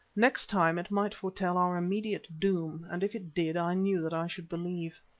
next time it might foretell our immediate doom, and if it did i knew that i should believe.